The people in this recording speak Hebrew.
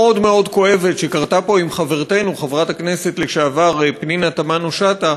הכואבת מאוד מאוד שקרתה פה עם חברתנו חברת הכנסת לשעבר פנינה תמנו-שטה,